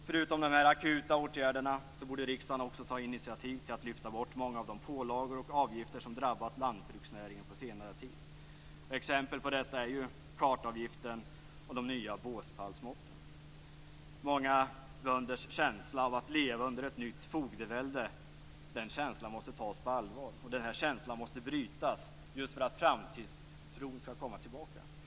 Förutom dessa akuta åtgärder borde riksdagen också ta initiativ till att lyfta bort många av de pålagor och avgifter som drabbat lantbruksnäringen på senare tid. Exempel på detta är ju kartavgiften och de nya båspallsmåtten. Många bönders känsla av att leva under ett nytt fogdevälde måste tas på allvar, och den här känslan måste brytas just för att framtidstron skall komma tillbaka.